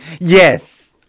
Yes